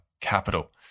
Capital